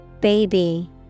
Baby